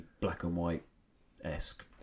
black-and-white-esque